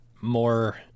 more